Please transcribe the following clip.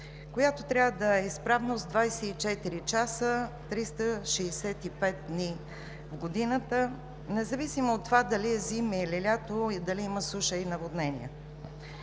която трябва да е в изправност 24 часа, 365 дни в годината, независимо от това дали е зима или лято, дали има суша или наводнения.